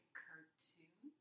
cartoon